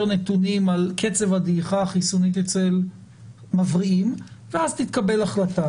נתונים על קצב הדעיכה החיסונית אצל מבריאים ואז תתקבל החלטה,